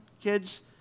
kids